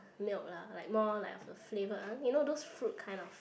milk lah like more like the flavoured one you know those fruit kind of